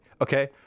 okay